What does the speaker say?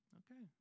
okay